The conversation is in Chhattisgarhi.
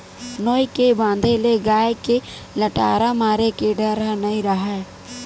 नोई के बांधे ले गाय के लटारा मारे के डर ह नइ राहय